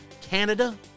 Canada